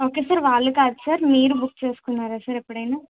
okay sir వాళ్ళు కాదు sir మీరు బుక్ చేసుకున్నారా సార్ ఎప్పుడైనా